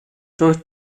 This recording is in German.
durch